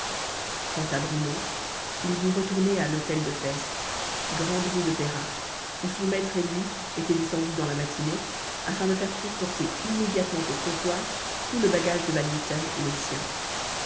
quant à bruno il dut retourner à l'hôtel de pesth grande rue de péra où son maître et lui étaient descendus dans la matinée afin de faire transporter immédiatement au comptoir tout le bagage de van mitten et le sien